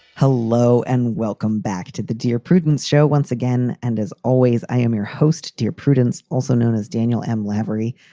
hello and welcome back to the dear prudence show once again. and as always, i am your host. dear prudence, also known as daniel m. lavery.